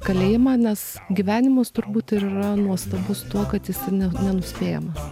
kalėjimą nes gyvenimas turbūt yra nuostabus tuo kad jis nenuspėjamas